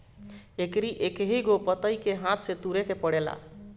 एकरी एकहगो पतइ के हाथे से तुरे के पड़ेला